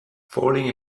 falling